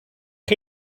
chi